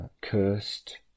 cursed